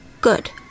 Good